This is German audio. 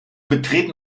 betreten